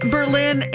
Berlin